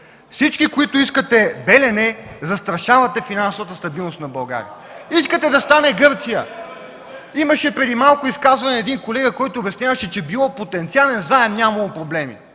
Всички, които искате „Белене”, застрашавате финансовата стабилност на България. Искате да станем като Гърция. (Шум в залата.) Имаше преди малко изказване на един колега, който обясняваше, че било потенциален заем и нямало проблеми.